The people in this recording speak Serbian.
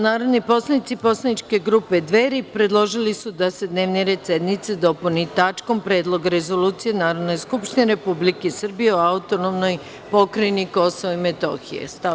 Narodni poslanici poslaničke grupe Dveri predložili su da se dnevni red sednice dopuni tačkom – Predlog rezolucije Narodne skupštine Republike Srbije o autonomnoj pokrajini Kosovo i Metohija.